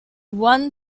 one